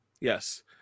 Yes